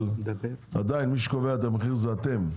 אבל עדיין מי שקובע את המחיר זה אתם.